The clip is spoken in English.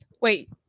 Wait